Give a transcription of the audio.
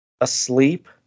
asleep